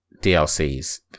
DLCs